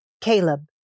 Caleb